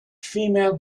female